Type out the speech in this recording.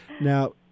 Now